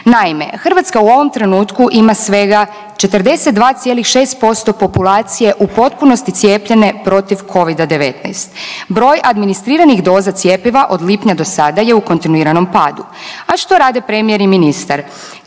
Naime, Hrvatska u ovom trenutku ima svega 42,6% populacije u potpunosti cijepljene protiv Covida-19. Broj administriranih doza cjepiva od lipnja do sada je u kontinuiranom padu. A što rade premijer i ministar?